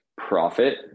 profit